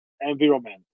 environment